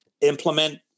implement